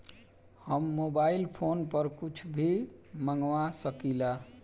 हम mobile phone पर कुछ भी मंगवा सकिला?